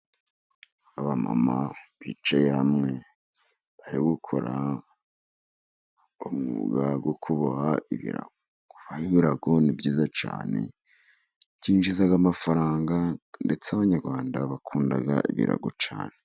Abamama bicaye hamwe, bari gukora umwuga wo kuboha ibirago. Kuboha ibirago ni byiza cyane, byinjiza amafaranga, ndetse abanyarwanda bakunda birago cyane.